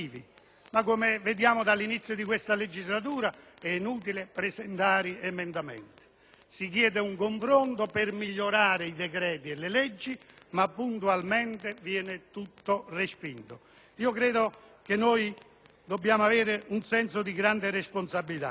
se, come vediamo dall'inizio di questa legislatura, è inutile presentare emendamenti. Si chiede un confronto per migliorare i decreti e le leggi, ma poi puntualmente ogni proposta viene respinta. Dobbiamo avere un senso di grande responsabilità